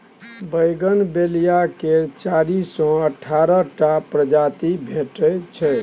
bougainvillea केर चारि सँ अठारह टा प्रजाति भेटै छै